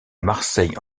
marseille